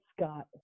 Scott